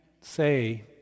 say